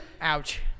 Ouch